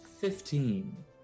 Fifteen